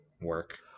work